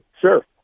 Sure